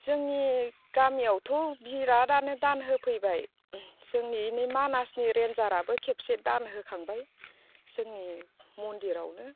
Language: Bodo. जोंनि गामियावथ' बिरादानो दान होफैबाय जोंनि एनि मानसानि रेनजाराबो खेबसे दान होखांबाय जोंनि मन्दिरावनो